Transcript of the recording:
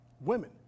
women